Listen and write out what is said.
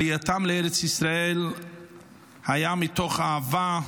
עלייתם לארץ ישראל הייתה מתוך אהבה,